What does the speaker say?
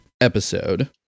episode